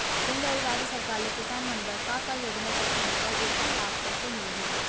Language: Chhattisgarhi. केंद्र अऊ राज्य सरकार ले किसान मन बर का का योजना चलत हे अऊ एखर लाभ कइसे मिलही?